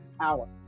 power